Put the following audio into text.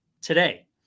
today